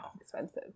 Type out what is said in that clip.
expensive